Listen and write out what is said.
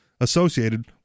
associated